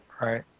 right